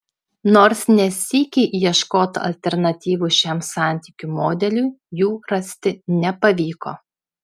nors ne sykį ieškota alternatyvų šiam santykių modeliui jų rasti nepavyko